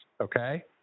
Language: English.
okay